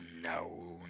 No